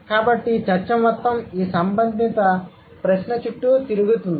కాబట్టి చర్చ మొత్తం ఈ సంబంధిత ప్రశ్న చుట్టూ తిరుగుతుంది